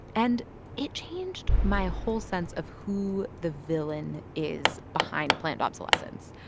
and it changed my whole sense of who the villain is behind planned obsolescence.